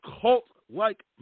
cult-like